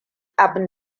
abin